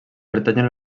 pertanyen